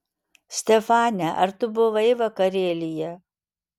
stefane ar tu buvai vakarėlyje